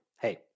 Hey